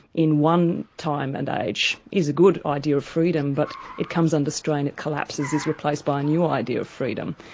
in one time and age, is a good idea of freedom, but it comes under strain, it collapses, is replaced by a new idea of freedom.